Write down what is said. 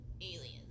Aliens